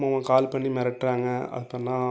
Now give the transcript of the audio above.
சும்மா ஒரு கால் பண்ணி மிரட்றாங்க அப்போல்லாம்